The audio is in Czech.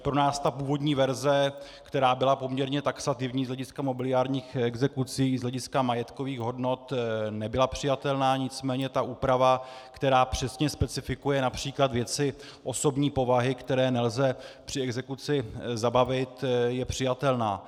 Pro nás ta původní verze, která byla poměrně taxativní z hlediska mobiliárních exekucí, z hlediska majetkových hodnot, nebyla přijatelná, nicméně ta úprava, která přesně specifikuje například věci osobní povahy, které nelze při exekuci zabavit, je přijatelná.